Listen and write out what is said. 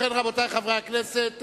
חברי הכנסת,